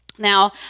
Now